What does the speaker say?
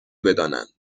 بدانند